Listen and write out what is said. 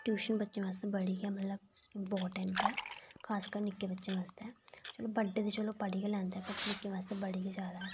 tuition बच्चें आस्तै बड़ी गै मतलब इम्पार्टेंट ऐ खासकर निक्के बच्चें आस्तै बड्डे ते चलो पढ़ी गै लैंदे न पर निक्के बच्चें बास्तै बड़ी गै जैदा